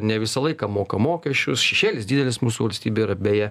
ne visą laiką moka mokesčius šešėlis didelis mūsų valstybėj yra beje